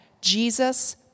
Jesus